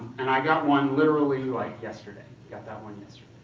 and i got one literally like yesterday, got that one yesterday.